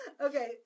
Okay